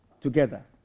together